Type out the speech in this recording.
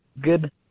Good